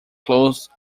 closed